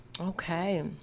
Okay